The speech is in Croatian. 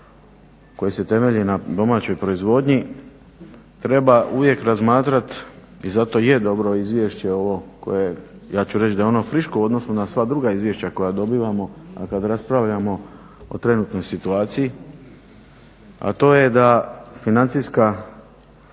koji se temelji na domaćoj proizvodnji treba uvijek razmatrati i zato je dobro izvješće ovo koje ja ću reći da je ono friško u odnosu na sva druga izvješća koja dobivamo, a kada raspravljamo o trenutnoj situaciji, a to je da financijska